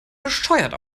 bescheuert